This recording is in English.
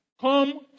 Come